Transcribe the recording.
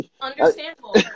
understandable